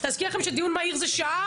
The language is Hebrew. להזכיר לכם שדיון מהיר זה שעה,